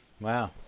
Wow